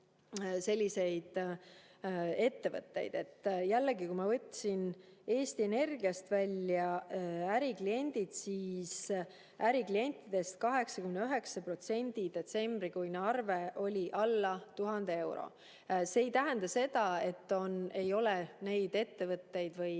ettevõtteid. Jällegi, ma võtsin Eesti Energiast välja ärikliendid. Äriklientidest 89% detsembrikuine arve oli alla 1000 euro. See ei tähenda seda, et ei ole neid ettevõtteid või